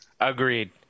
Agreed